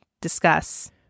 discuss